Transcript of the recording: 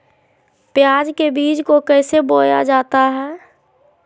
प्याज के बीज को कैसे बोया जाता है?